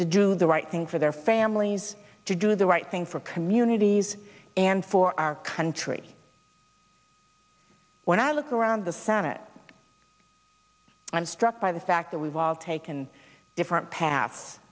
to do the right thing for their families to do the right thing for communities and for our country when i look around the senate i'm struck by the fact that we've all taken a different path